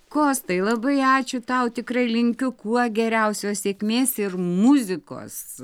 kostai labai ačiū tau tikrai linkiu kuo geriausios sėkmės ir muzikos